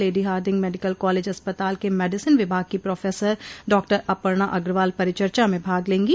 lady Hardinge Medical College अस्पताल के medicine विभाग की प्रोफेसर डॉक्टर अपर्णा अग्रवाल परिचर्चा में भाग लें गो